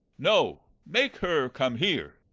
no, make her come here.